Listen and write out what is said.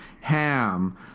ham